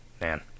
man